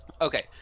Okay